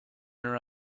her